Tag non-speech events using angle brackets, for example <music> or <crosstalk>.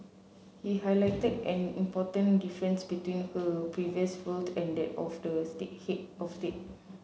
he highlighted an important difference between her previous role and that of <unintelligible> head of day